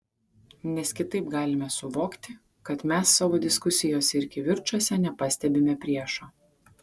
nes kitaip galime suvokti kad mes savo diskusijose ir kivirčuose nepastebime priešo